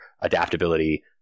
adaptability